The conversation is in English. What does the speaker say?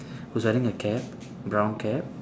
who's wearing a cap brown cap